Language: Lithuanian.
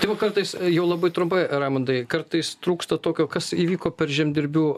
todėl kartais jo labai trumpai raimundui kartais trūksta tokio kas įvyko per žemdirbių